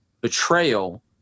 betrayal